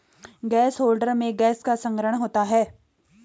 gas holder में gas का संग्रहण होता है